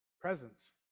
presence